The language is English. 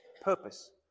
Purpose